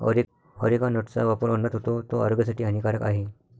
areca नटचा वापर अन्नात होतो, तो आरोग्यासाठी हानिकारक आहे